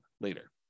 later